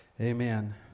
Amen